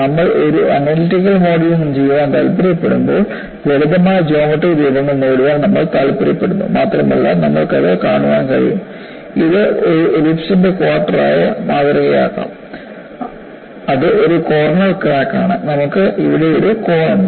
നമ്മൾ ഒരു analytical modelling ചെയ്യാൻ താൽപ്പര്യപ്പെടുമ്പോൾ ലളിതമായ ജോമട്രി രൂപങ്ങൾ നേടാൻ നമ്മൾ താൽപ്പര്യപ്പെടുന്നു മാത്രമല്ല നിങ്ങൾക്കത് കാണാൻ കഴിയും ഇത് ഒരു എലിപ്സ്ന്റെ ക്വാർട്ടർ ആയി മാതൃകയാക്കാം അത് ഒരു കോർണർ ക്രാക്ക് ആണ് നമുക്ക് ഇവിടെ ഒരു കോണുണ്ട്